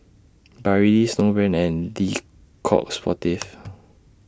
Barilla Snowbrand and Le Coq Sportif